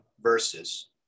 verses